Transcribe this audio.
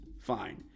fine